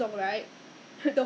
oh the building has somebody kena